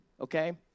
okay